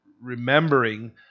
Remembering